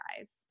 eyes